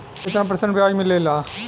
कितना परसेंट ब्याज मिलेला?